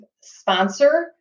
sponsor